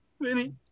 Vinny